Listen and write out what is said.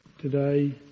today